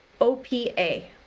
OPA